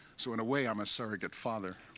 so in a way, i'm a surrogate father.